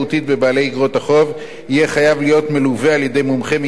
בבעלי איגרות החוב יהיה חייב להיות מלווה במומחה מטעם